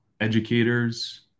educators